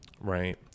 Right